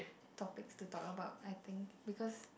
topics to talk about I think because